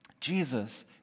Jesus